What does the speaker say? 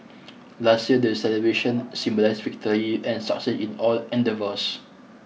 last year the celebrations symbolised victory and success in all endeavours